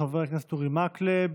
חבר הכנסת אורי מקלב,